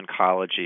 oncology